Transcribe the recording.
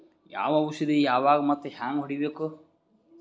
ಯಾವ ಔಷದ ಯಾವಾಗ ಮತ್ ಹ್ಯಾಂಗ್ ಹೊಡಿಬೇಕು?